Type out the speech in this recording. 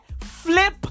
Flip